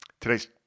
Today's